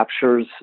captures